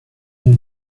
and